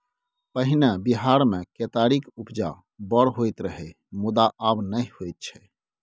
पहिने बिहार मे केतारीक उपजा बड़ होइ रहय मुदा आब नहि होइ छै